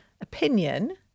opinion